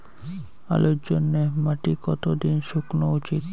আলুর জন্যে মাটি কতো দিন শুকনো উচিৎ?